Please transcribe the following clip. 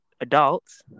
adults